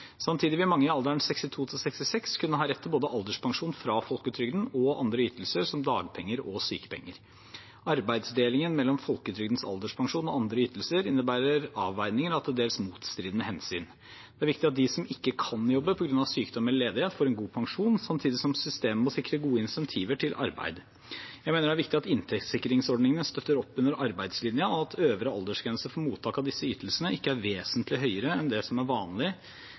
Samtidig vil mange i alderen 62–66 år kunne ha rett til både alderspensjon fra folketrygden og andre ytelser som dagpenger og sykepenger. Arbeidsdelingen mellom folketrygdens alderspensjon og andre ytelser innebærer avveininger av til dels motstridende hensyn. Det er viktig at de som ikke kan jobbe på grunn av sykdom eller ledighet, får en god pensjon, samtidig som systemet må sikre gode insentiver til arbeid. Jeg mener det er viktig at inntektssikringsordningene støtter opp under arbeidslinjen, og at øvre aldersgrense for mottak av disse ytelsene ikke er vesentlig høyere enn det som er vanlig